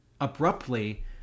abruptly